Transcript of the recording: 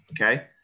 Okay